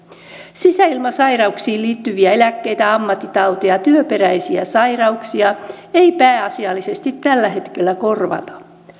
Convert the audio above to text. sisäilmasairauksiin liittyviä eläkkeitä tai ammattitauti ja työperäisiä sairauksia ei pääasiallisesti tällä hetkellä korvata